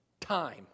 time